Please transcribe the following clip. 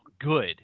good